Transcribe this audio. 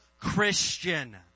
Christian